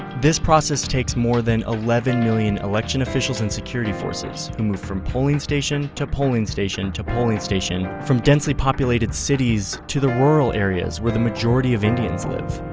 this process takes more than eleven million election officials and security forces, who move from polling station to polling station to polling station from densely populated cities to the rural areas where the majority of indians live.